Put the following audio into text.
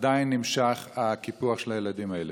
עדיין נמשך הקיפוח של הילדים האלה.